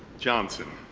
johnson.